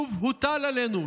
'שוב הוטל עלינו,